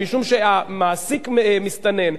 משום שהמעסיק מסתנן,